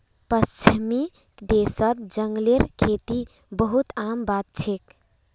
पश्चिमी देशत जंगलेर खेती बहुत आम बात छेक